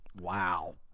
Wow